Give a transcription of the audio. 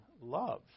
love